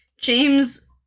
James